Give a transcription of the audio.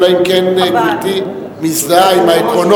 אלא אם כן גברתי מזדהה עם העקרונות,